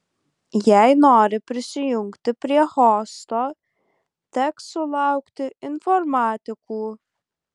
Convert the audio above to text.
jei nori prisijungti prie hosto teks sulaukti informatikų